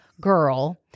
girl